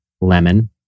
lemon